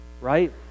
Right